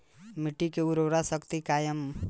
मिट्टी के उर्वरा शक्ति कायम रखे खातिर विशेष सुझाव दी?